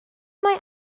mae